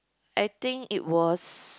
I think it was